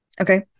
Okay